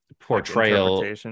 portrayal